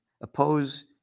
oppose